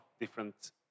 different